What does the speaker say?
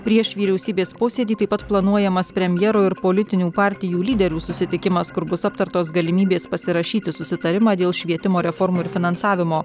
prieš vyriausybės posėdį taip pat planuojamas premjero ir politinių partijų lyderių susitikimas kur bus aptartos galimybės pasirašyti susitarimą dėl švietimo reformų ir finansavimo